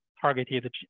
targeted